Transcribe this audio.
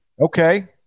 Okay